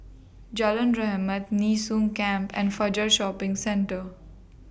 Jalan Rahmat Nee Soon Camp and Fajar Shopping Centre